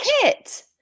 Kit